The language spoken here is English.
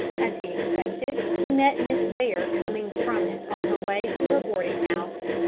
as he expected, he met miss ware coming from it on her way to her boarding-house.